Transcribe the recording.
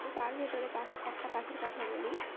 তো তার ভেতরে পাখ একটা পাখির কথা বলি